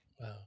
Wow